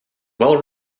well